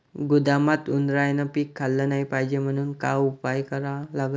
गोदामात उंदरायनं पीक खाल्लं नाही पायजे म्हनून का उपाय करा लागन?